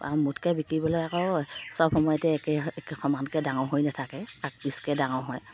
মুঠকৈ বিকিবলৈ আকৌ সব সময়তে একে একে সমানকৈ ডাঙৰ হৈ নাথাকে আগ পিছকৈ ডাঙৰ হয়